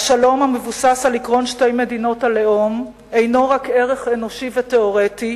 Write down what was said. השלום המבוסס על עקרון שתי מדינות הלאום אינו רק ערך אנושי ותיאורטי